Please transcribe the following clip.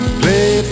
play